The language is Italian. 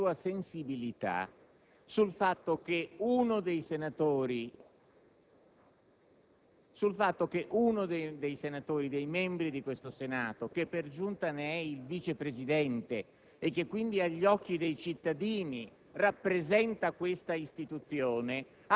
richiamare la sua attenzione e la sua sensibilità sulla circostanza che uno dei membri di questo Senato, che per giunta ne è il Vice presidente e quindi agli occhi dei cittadini